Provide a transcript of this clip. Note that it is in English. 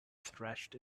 thrashed